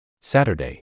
Saturday